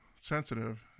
sensitive